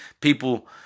people